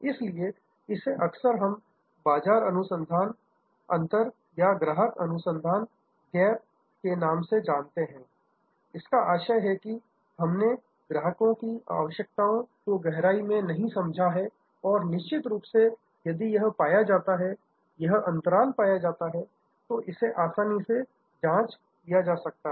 इसलिए इसे अक्सर हम बाजार अनुसंधान अन्तर या ग्राहक अनुसंधान गैप के नाम से जानते हैं इसका आशय है कि हमने ग्राहकों की आवश्यकताओं को गहराई से नहीं समझा है और निश्चित रूप से यदि यह पाया जाता है यहां अंतराल पाया जाता है तो इसे आसानी से जांच किया जा सकता है